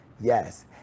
Yes